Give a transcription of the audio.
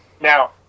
now